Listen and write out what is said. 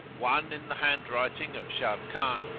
one in the handwriting of sharrkan,